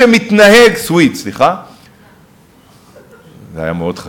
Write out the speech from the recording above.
מהאופן שבו מתנהג, זה היה מאוד חשוב.